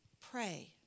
pray